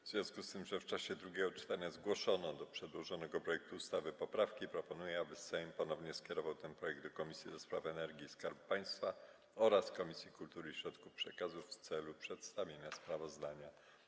W związku z tym, że w czasie drugiego czytania zgłoszono do przedłożonego projektu ustawy poprawki, proponuję, aby Sejm ponownie skierował ten projekt do Komisji do Spraw Energii i Skarbu Państwa oraz Komisji Kultury i Środków Przekazu w celu przedstawienia sprawozdania.